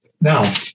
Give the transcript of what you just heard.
Now